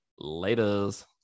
laters